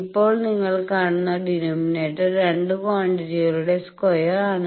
ഇപ്പോൾ നിങ്ങൾ കാണുന്ന ഡിനോമിനേറ്റർ രണ്ട് ക്വാണ്ടിറ്റികളുടെ സ്ക്വയർ ആണ്